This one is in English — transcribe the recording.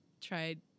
tried